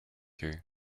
you